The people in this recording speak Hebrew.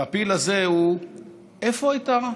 והפיל הזה הוא איפה הייתה